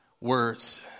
words